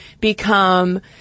become